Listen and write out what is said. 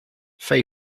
fei